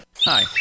Hi